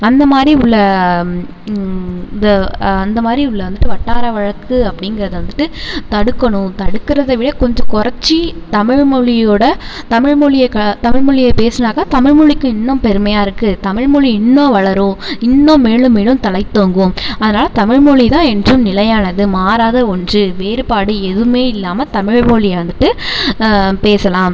அந்த மாதிரி உள்ளே இந்த அந்தமாதிரி உள்ளே வந்துட்டு வட்டார வழக்கு அப்படிங்கறத வந்துட்டு தடுக்கணும் தடுக்கறதை விட கொஞ்சம் குறச்சி தமிழ்மொழியோட தமிழ்மொழிய க தமிழ்மொழிய பேசுனாக்கா தமிழ்மொழிக்கு இன்னும் பெருமையாக இருக்குது தமிழ்மொழி இன்னும் வளரும் இன்னும் மேலும் மேலும் தலைத்தோங்கும் அதனால தமிழ்மொலி தான் என்றும் நிலையானது மாறாத ஒன்று வேறுபாடு எதுவுமே இல்லாமல் தமிழ்மொழியை வந்துட்டு பேசலாம்